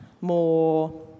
more